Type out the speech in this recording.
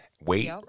wait